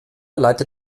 leitet